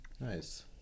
Nice